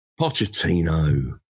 Pochettino